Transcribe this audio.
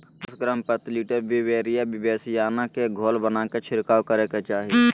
दस ग्राम प्रति litre Beauveria bassiana के घोल बनाके छिड़काव करे के चाही